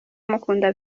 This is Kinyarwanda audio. umukunda